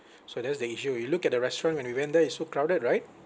so that's the issue you look at the restaurant when we went there it's so crowded right